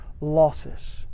losses